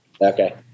Okay